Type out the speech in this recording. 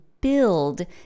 build